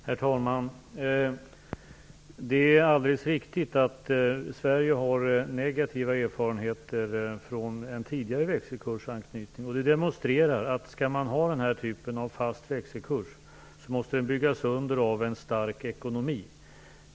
Herr talman! Det är alldeles riktigt att Sverige har negativa erfarenheter från en tidigare växelkursanknytning. Det demonstrerar att den här typen av fast växelkurs måste byggas under av en stark ekonomi.